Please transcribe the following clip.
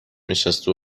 نشسته